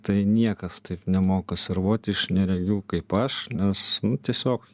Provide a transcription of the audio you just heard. tai niekas taip nemoka servuoti iš neregių kaip aš nes tiesiog